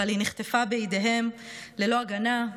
אבל היא נחטפה בידיהם ללא הגנה,